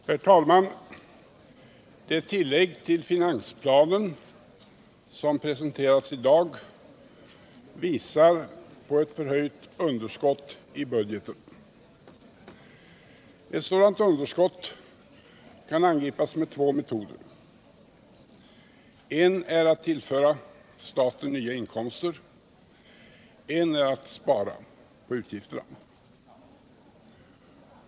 Herr talman! Det tillägg till finansplanen som presenterades i dag visar på ett förhöjt underskott i budgeten. Ett sådant underskott kan angripas med två metoder. En är att tillföra staten nya inkomster, en är att spara på utgifterna.